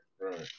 Right